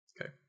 Okay